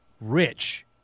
rich